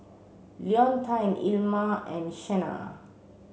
Leontine Ilma and Shenna